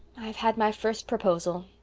i've had my first proposal.